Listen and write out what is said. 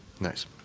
Nice